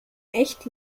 echt